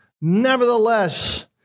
Nevertheless